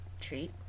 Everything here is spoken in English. treat